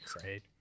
Great